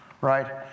right